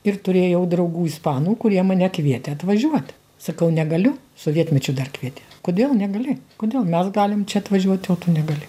ir turėjau draugų ispanų kurie mane kvietė atvažiuot sakau negaliu sovietmečiu dar kvietė kodėl negali kodėl mes galim čia atvažiuoti o tu negali